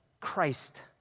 Christ